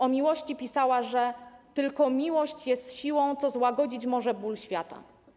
O miłości pisała: „tylko miłość jest siłą, co złagodzić może ból świata”